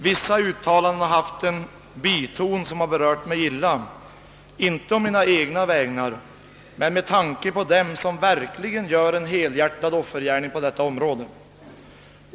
Vissa uttalanden har haft en biton som berört mig illa — inte å mina egna vägnar men med tanke på dem som verkligen utför en helhjärtad offergärning på detta område.